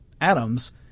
atoms